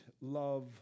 love